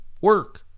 work